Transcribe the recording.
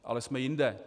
Ale jsme jinde.